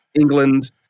England